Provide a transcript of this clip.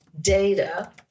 data